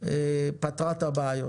פתרה את הבעיות.